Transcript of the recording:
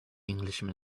englishman